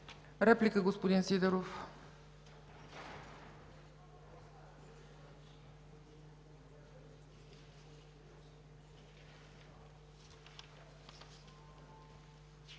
Реплика – господин Сидеров.